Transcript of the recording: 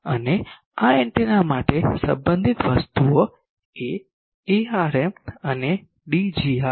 અને આ એન્ટેના માટે સંબંધિત વસ્તુઓ Arm અને Dgr છે